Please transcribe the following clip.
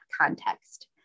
context